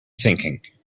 thinking